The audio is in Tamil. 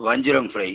வஞ்சிரம் ஃப்ரை